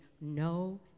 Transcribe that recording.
no